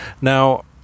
now